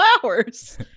flowers